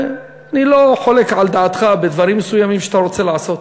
אני לא חולק על דעתך בדברים מסוימים שאתה רוצה לעשות,